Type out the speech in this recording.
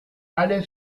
alle